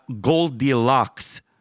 Goldilocks